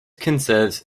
conserves